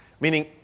Meaning